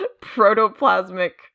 protoplasmic